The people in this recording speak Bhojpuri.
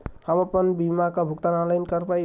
हम आपन बीमा क भुगतान ऑनलाइन कर पाईब?